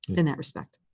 in that respect.